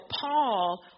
Paul